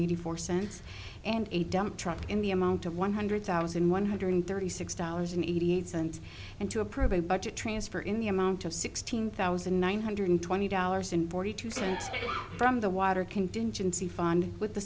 eighty four cents and a dump truck in the amount of one hundred thousand one hundred thirty six dollars and eighty eight cents and to approve a budget transfer in the amount of sixteen thousand nine hundred twenty dollars and forty two cents from the water contingency fund with the